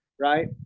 right